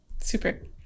Super